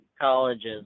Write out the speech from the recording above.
colleges